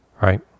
right